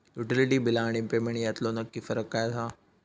Utility बिला आणि payment यातलो नक्की फरक काय हा?